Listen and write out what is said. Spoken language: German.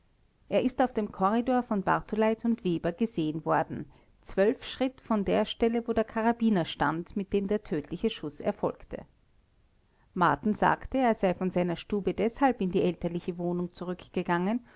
er ist auf dem korridor von bartuleit und weber gesehen worden schritt von der stelle wo der karabiner stand mit dem der tödliche schuß erfolgte marten sagte er sei von seiner stube deshalb in die elterliche wohnung zurückgegangen